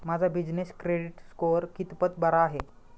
माझा business credit score कितपत बरा आहे?